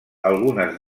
algunes